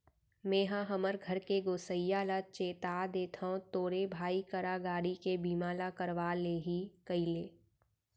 मेंहा हमर घर के गोसइया ल चेता देथव तोरे भाई करा गाड़ी के बीमा ल करवा ले ही कइले